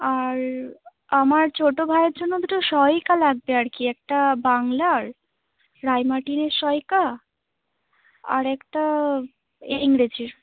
আর আমার ছোটো ভাইয়ের জন্য দুটো সহায়িকা লাগবে আর কি একটা বাংলার রায় মার্টিনের সহায়িকা আর একটা ইংরেজির